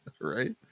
Right